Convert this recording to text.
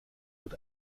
wird